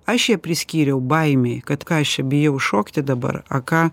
aš ją priskyriau baimei kad ką aš čia bijau šokti dabar ką